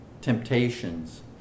temptations